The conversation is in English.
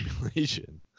simulation